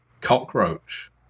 cockroach